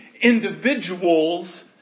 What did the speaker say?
individuals